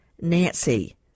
nancy